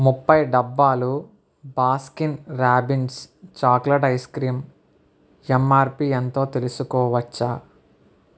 ముప్పై డబ్బాలు Baskin Robbins chocolate ice cream MRP ఎంతో తెలుసుకోవచ్చా